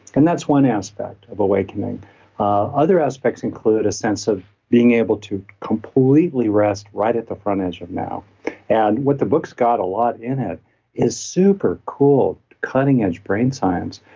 and that's one aspect of awakening other aspects include a sense of being able to completely rest right at the front edge of now and what the book's got a lot in it is super cool cutting edge brain science.